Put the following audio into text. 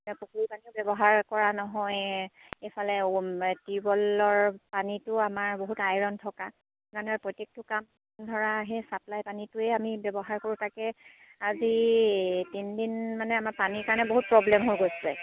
এতিয়া পুখুৰী পানীও ব্যৱহাৰ কৰা নহয় এইফালে টিউবৱেলৰ পানীটো আমাৰ বহুত আইৰণ থকা সেইকাৰণে প্ৰত্যেকটো কাম ধৰা সেই ছাপ্লাই পানীটোৱে আমি ব্যৱহাৰ কৰোঁ তাকে আজি তিনিদিন মানে আমাৰ পানীৰ কাৰণে বহুত প্ৰব্লেম হৈ গৈছে